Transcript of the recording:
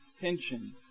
tension